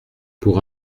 pour